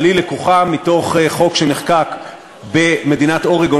אבל היא לקוחה מחוק שנחקק במדינת אורגון